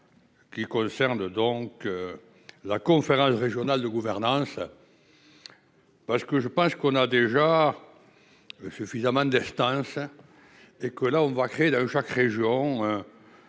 Qui concerne donc. La conférence régionale de gouvernance. Parce que je pense qu'on a déjà. Suffisamment d'Erstein. Et que là on va créer dans chaque région.